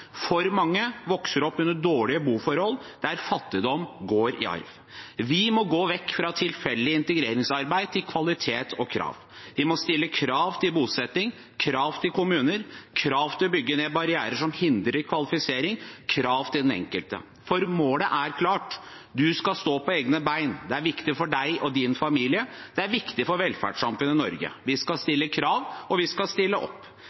Altfor mange vokser opp under dårlige boforhold, der fattigdom går i arv. Vi må gå vekk fra tilfeldig integreringsarbeid til kvalitet og krav. Vi må stille krav til bosetting, krav til kommuner, krav til å bygge ned barrierer som hindrer kvalifisering, og krav til den enkelte. For målet er klart: Du skal stå på egne bein. Det er viktig for deg og din familie. Det er viktig for velferdssamfunnet Norge. Vi skal stille krav, og vi skal stille opp.